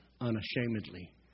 unashamedly